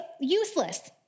useless